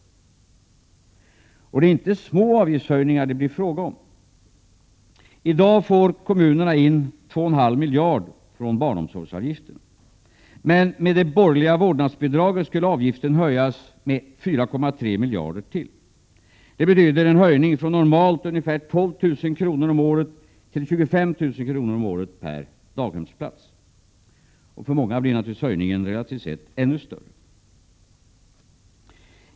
Och det är inte små avgiftshöjningar som det är fråga om. För närvarande får kommunerna in 2 1/2 miljard från barnomsorgsavgiften. Med det borgerliga vårdnadsbidraget skulle avgiften höjas med ytterligare 4,3 miljarder. Det betyder en höjning från normalt ungefär 12 000 kr. om året till 25 000 kr. om året per daghemsplats. För många blir höjningen relativt sett naturligtvis ännu större.